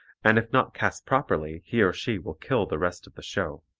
and if not cast properly he or she will kill the rest of the show.